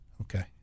Okay